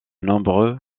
nombreux